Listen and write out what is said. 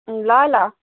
ल ल